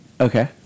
Okay